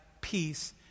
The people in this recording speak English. peace